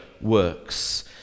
works